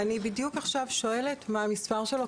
אני בדיוק עכשיו שואלת מה המספר שלו,